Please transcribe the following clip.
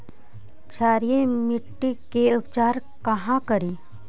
क्षारीय मिट्टी के उपचार कहा करी?